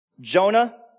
Jonah